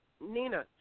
Nina